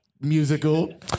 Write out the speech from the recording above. musical